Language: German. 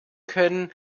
können